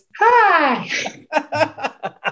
Hi